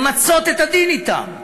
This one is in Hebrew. למצות את הדין אתם,